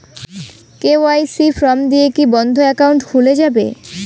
KYC form দিয়ে কি বন্ধ একাউন্ট খুলে যাবে?